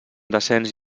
descens